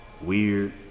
weird